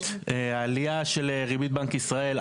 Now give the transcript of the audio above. עלייה של ריבית בנק ישראל,